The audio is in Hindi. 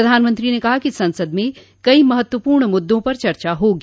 प्रधानमंत्री ने कहा कि संसद में कई महत्वपूर्ण मुद्दों पर चर्चा होगी